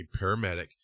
paramedic